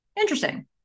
interesting